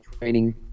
training